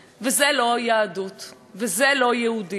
וזה לא יהודי, ואין דבר פחות יהודי מזה.